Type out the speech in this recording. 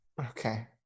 Okay